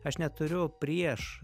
aš neturiu prieš